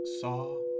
saw